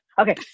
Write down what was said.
Okay